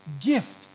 gift